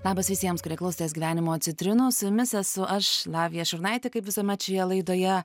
labas visiems kurie klausotės gyvenimo citrinos su jumis esu aš lavija šurnaitė kaip visuomet šioje laidoje